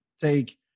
take